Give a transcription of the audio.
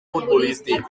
futbolístic